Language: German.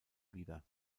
wider